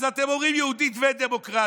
אז אתם אומרים יהודית ודמוקרטית,